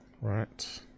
right